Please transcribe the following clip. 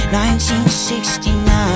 1969